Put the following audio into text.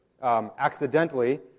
Accidentally